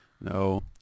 no